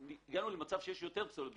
אנחנו מגיעים למצב שיש יותר פסולת בניין.